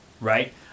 right